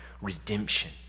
redemption